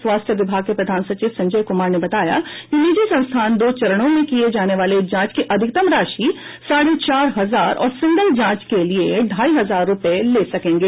स्वास्थ्य विभाग के प्रधान सचिव संजय कमार ने बताया है कि निजी संस्थान दो चरणों में किये जाने वाली जांच की अधिकतम राशि साढ़े चार हजार और सिंगल जांच के लिए ढ़ाई हजार रूपये ले सकेंगे